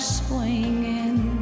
swinging